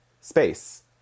space